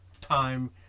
time